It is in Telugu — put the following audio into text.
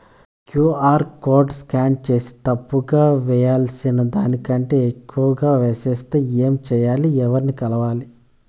క్యు.ఆర్ కోడ్ స్కాన్ సేసి తప్పు గా వేయాల్సిన దానికంటే ఎక్కువగా వేసెస్తే ఏమి సెయ్యాలి? ఎవర్ని కలవాలి?